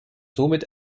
somit